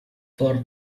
for